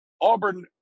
auburn